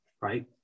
right